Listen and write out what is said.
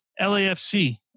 LAFC